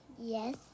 Yes